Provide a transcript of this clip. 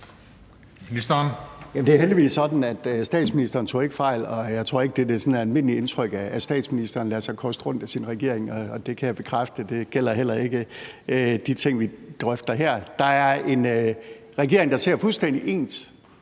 Det er heldigvis sådan, at statsministeren ikke tog fejl, og jeg tror ikke, at det er det sådan almindelige indtryk, at statsministeren lader sig koste rundt med af sin regering. Og jeg kan bekræfte, at det heller ikke gælder de ting, vi drøfter her. Der er en regering, der ser fuldstændig ens